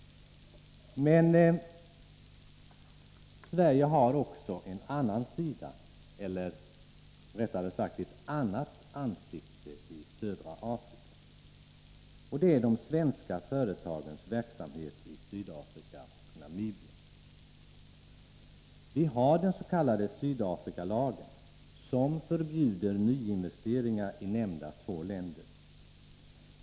Men Sverige har också en annan sida, eller rättare sagt ett annat ansikte i södra Afrika. Det är de svenska företagens verksamhet i Sydafrika och Namibia. Vi har den s.k. Sydafrikalagen som förbjuder nyinvesteringar i nämnda två länder.